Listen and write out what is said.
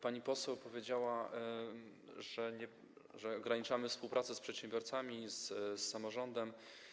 Pani poseł powiedziała, że ograniczamy współpracę z przedsiębiorcami, z samorządem.